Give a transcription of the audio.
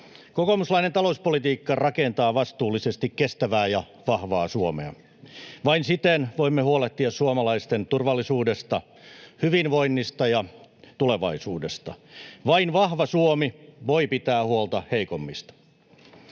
Kokoomuslainen talouspolitiikka rakentaa vastuullisesti kestävää ja vahvaa Suomea. Vain siten voimme huolehtia suomalaisten turvallisuudesta, hyvinvoinnista ja tulevaisuudesta. Vain vahva Suomi voi pitää huolta heikoimmista.